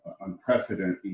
unprecedented